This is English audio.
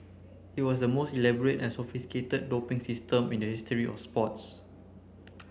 it was the most elaborate and sophisticated doping system in the history of sports